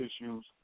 issues